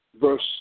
verse